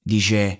Dice